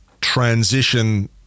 transition